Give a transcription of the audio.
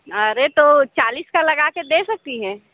अरे तो चालीस का लगा कर दे सकती हैं